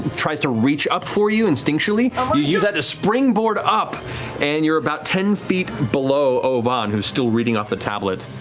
tries to reach up for you instinctually you decide to springboard up and you're about ten feet below obann, who's still reading off the tablet.